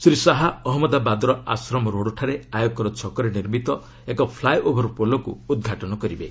ଶ୍ରୀ ଶାହା ଅହଜ୍ଞଦାବାଦର ଆଶ୍ରମ ରୋଡ୍ଠାରେ ଆୟକର ଛକରେ ନିର୍ମିତ ଏକ ଫ୍ଲାଏ ଓଭର୍ ପୋଲକୁ ଉଦ୍ଘାଟନ କରିବେ